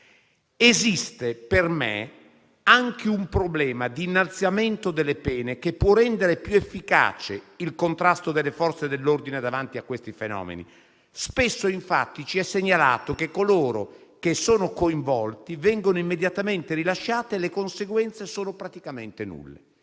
Esiste per me anche un problema di innalzamento delle pene che può rendere più efficace il contrasto di questi fenomeni da parte delle Forze dell'ordine. Spesso, infatti, ci viene segnalato che coloro che sono coinvolti vengono immediatamente rilasciati e le conseguenze sono praticamente nulle.